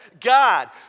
God